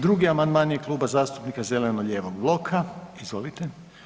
Drugi amandman je Klub zastupnika zeleno-lijevog bloka, izvolite.